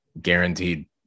guaranteed